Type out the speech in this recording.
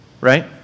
right